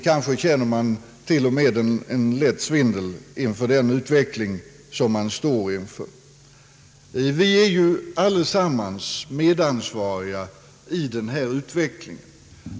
Kanske känner man till och med en lätt svindel inför utvecklingen. Vi är ju allesammans medansvariga för denna utveckling.